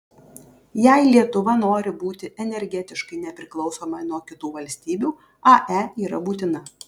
jei lietuva nori būti energetiškai nepriklausoma nuo kitų valstybių ae yra būtina